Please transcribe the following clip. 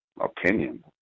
opinion